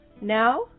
Now